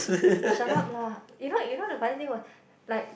shut up lah you know you know the funny thing was like